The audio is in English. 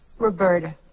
Roberta